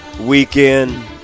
weekend